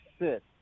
sit